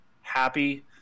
happy